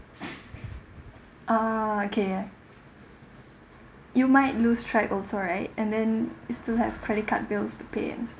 oh okay you might lose track also right and then you still have credit card bills to pay and stuff